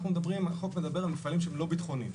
החוק מדבר על מפעלים שהם לא ביטחוניים,